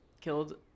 killed